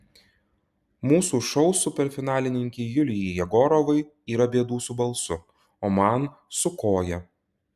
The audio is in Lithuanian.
mūsų šou superfinalininkei julijai jegorovai yra bėdų su balsu o man su koja